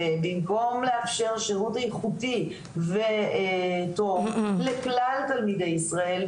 שבמקום לאפשר שירות איכותי וטוב לכלל תלמידי ישראל,